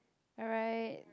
alright